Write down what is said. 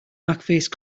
backface